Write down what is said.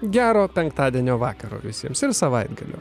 gero penktadienio vakaro visiems ir savaitgalio